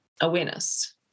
awareness